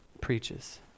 preaches